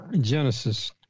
Genesis